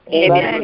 Amen